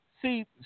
See